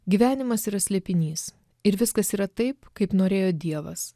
gyvenimas yra slėpinys ir viskas yra taip kaip norėjo dievas